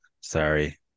Sorry